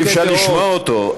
אי-אפשר לשמוע אותו.